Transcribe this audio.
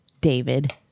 David